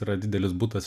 yra didelis butas